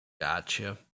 Gotcha